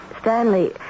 Stanley